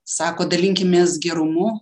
sako dalinkimės gerumu